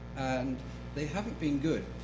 and they haven't been good.